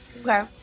Okay